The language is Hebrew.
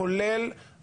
כולל